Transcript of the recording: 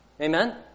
Amen